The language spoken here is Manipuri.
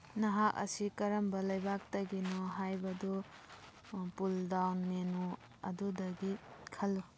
ꯅꯍꯥꯛ ꯑꯁꯤ ꯀꯔꯝꯕ ꯂꯩꯕꯥꯛꯇꯒꯤꯅꯣ ꯍꯥꯏꯕꯗꯨ ꯄꯨꯜ ꯗꯥꯎꯟ ꯃꯦꯅꯨ ꯑꯗꯨꯗꯒꯤ ꯈꯜꯂꯨ